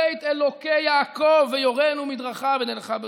בית אלוקי יעקב ויֹרנו מדרכיו ונלכה באֹרחותיו".